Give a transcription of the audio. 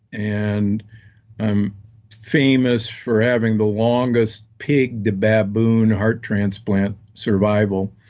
and i'm famous for having the longest pig to baboon heart transplant survival.